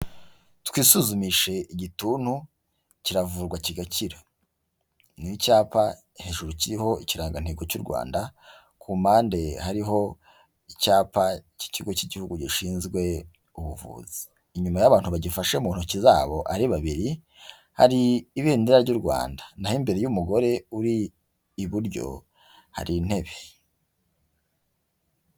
Twisuzumishe igituntu kiravurwa kigakira, ni icyapa hejuru kiriho ikirangantego cy'u Rwanda ku mpande hariho icyapa cy'Ikigo cy'Igihugu gishinzwe Ubuvuzi, inyuma y'abantu bagifashe mu ntoki zabo ari babiri hari ibendera ry'u Rwanda na ho imbere y'umugore uri iburyo hari intebe.